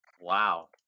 Wow